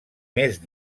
més